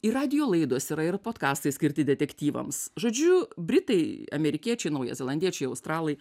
ir radijo laidos yra yra podkastai skirti detektyvams žodžiu britai amerikiečiai naujazelandiečiai australai